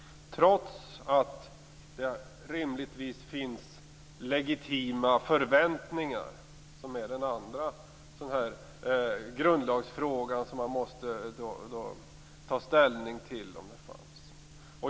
Trots att det rimligtvis finns legitima förväntningar är det en grundlagsfråga som man måste ta ställning till.